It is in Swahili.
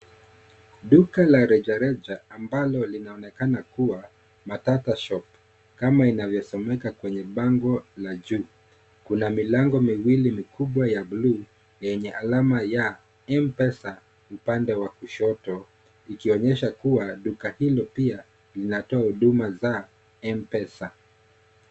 Duka la reja reja ambalo linaonekana kuwa, MatataShop kama inavyo someka kwenye bango la juu, kuna milango miwili mikubwa ya (cs)blue(cs), yenye alama ya, (cs)mpesa(cs), upande wa kushoto, ikionyesha kua duka hilo pia, linatoa huduma za, (cs)mpesa(cs).